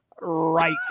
Right